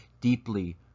deeply